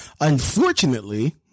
Unfortunately